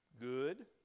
good